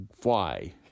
fly